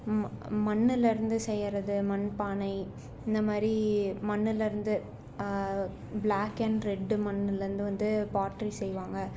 மண்ணுலிருந்து செய்கிறது மண்பானை இந்தமாதிரி மண்ணுலிருந்து ப்ளாக் அண்ட் ரெட் மண்ணில்லருந்து வந்து பாட்டரி செய்வாங்க